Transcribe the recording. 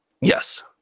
yes